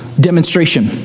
demonstration